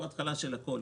הוא התחלה של הכול,